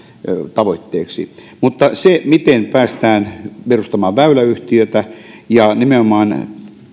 tavoitteeksi mutta miten päästään perustamaan väyläyhtiötä ja saadaan nimenomaan